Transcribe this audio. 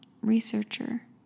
Researcher